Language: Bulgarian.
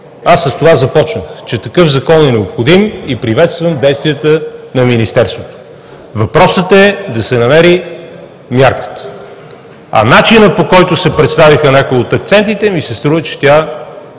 Аз с това започнах, че такъв закон е необходим и приветствам действията на Министерството. Въпросът е да се намери мярката. А начинът, по който се представиха някои от акцентите, ми се струва, че тя